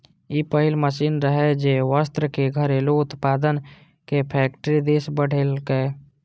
ई पहिल मशीन रहै, जे वस्त्रक घरेलू उत्पादन कें फैक्टरी दिस बढ़ेलकै